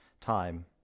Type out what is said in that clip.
time